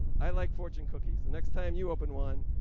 i like fortune cookies. next time you open one,